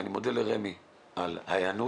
אני מודה לרמ"י על ההיענות.